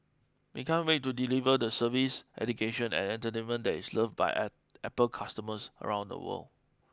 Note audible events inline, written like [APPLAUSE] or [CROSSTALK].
we can't wait to deliver the service education and entertainment that is loved by [HESITATION] Apple customers around the world